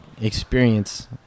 experience